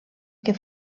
que